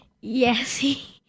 Yes